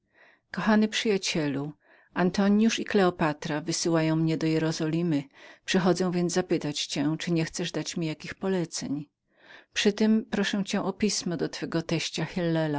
kochany przyjacielu antonius i kleopatra wysyłają mnie do jerozolimy przychodzę więc zapytać cię czyli nie chcesz dać mi jakowych poleceń przytem proszę cię o pismo do twego teścia hillela